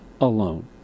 alone